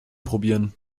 probieren